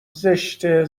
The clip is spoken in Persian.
زشته